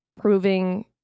Proving